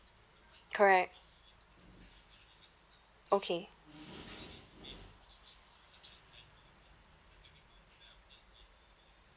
correct okay